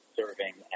serving